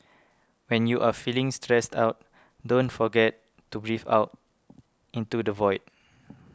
when you are feeling stressed out don't forget to breathe into the void